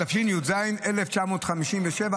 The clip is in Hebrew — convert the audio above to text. התשי"ז 1957,